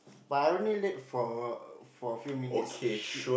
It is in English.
but I only late for for a few minutes shit